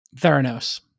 Theranos